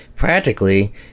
Practically